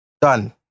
Done